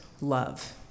love